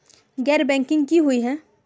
गैर बैंकिंग की हुई है?